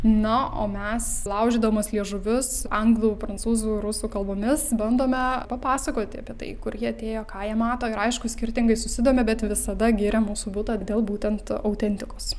na o mes laužydamos liežuvius anglų prancūzų rusų kalbomis bandome papasakoti apie tai kur jie atėjo ką jie mato ir aišku skirtingai susidomi bet visada giria mūsų butą dėl būtent autentikos